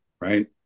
Right